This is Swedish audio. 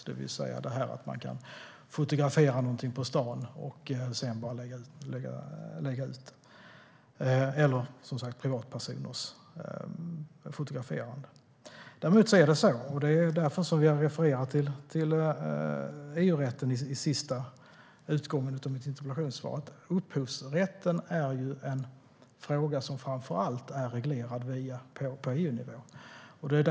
Man kan alltså fotografera något på stan och sedan bara lägga ut det. Privatpersoners fotograferande påverkas inte. Däremot är det så att upphovsrätten är en fråga som framför allt är reglerad på EU-nivå. Det är därför vi har refererat till EU-rätten i sista delen av mitt interpellationssvar.